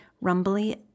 rumbly